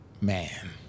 man